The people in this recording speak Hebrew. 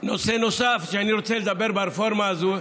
נושא נוסף שאני רוצה לדבר ברפורמה הזאת,